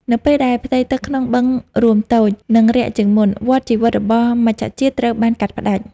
នៅពេលដែលផ្ទៃទឹកក្នុងបឹងរួមតូច និងរាក់ជាងមុន វដ្តជីវិតរបស់មច្ឆជាតិត្រូវបានកាត់ផ្តាច់។